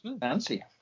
Fancy